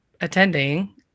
attending